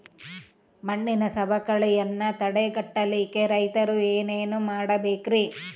ಮಣ್ಣಿನ ಸವಕಳಿಯನ್ನ ತಡೆಗಟ್ಟಲಿಕ್ಕೆ ರೈತರು ಏನೇನು ಮಾಡಬೇಕರಿ?